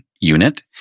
unit